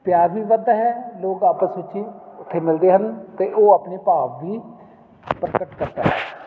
ਪਿਆਰ ਵੀ ਵੱਧਦਾ ਹੈ ਲੋਕ ਆਪਸ ਵਿੱਚ ਉੱਥੇ ਮਿਲਦੇ ਹਨ ਅਤੇ ਉਹ ਆਪਣੇ ਭਾਵ ਵੀ ਪ੍ਰਗਟ ਕਰਦਾ ਹੈ